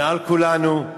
מעל כולנו.